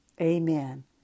Amen